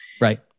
Right